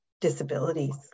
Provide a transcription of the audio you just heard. Disabilities